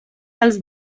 als